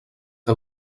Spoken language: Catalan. què